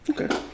Okay